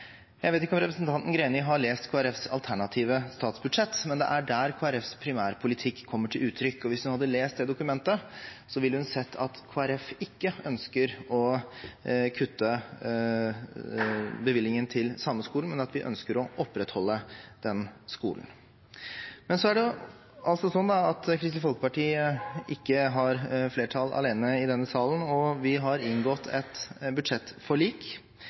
Jeg vet ikke om representanten Greni har lest Kristelig Folkepartis alternative statsbudsjett, men det er der Kristelig Folkepartis primærpolitikk kommer til uttrykk. Hvis hun hadde lest det dokumentet, ville hun sett at Kristelig Folkeparti ikke ønsker å kutte bevilgningen til Sameskolen, men at vi ønsker å opprettholde den skolen. Men Kristelig Folkeparti har ikke flertall alene i denne salen, og vi har inngått et budsjettforlik